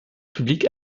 public